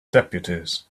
deputies